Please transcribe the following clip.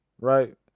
right